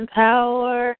power